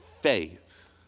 faith